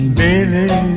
baby